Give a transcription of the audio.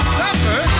suffer